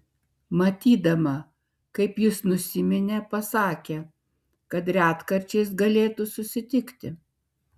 matydama kaip jis nusiminė pasakė kad retkarčiais galėtų susitikti